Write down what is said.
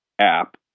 app